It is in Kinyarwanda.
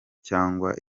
cyangwa